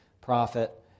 prophet